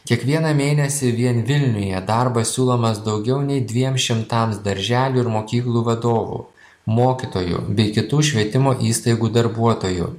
kiekvieną mėnesį vien vilniuje darbas siūlomas daugiau nei dviem šimtams darželių ir mokyklų vadovų mokytojų bei kitų švietimo įstaigų darbuotojų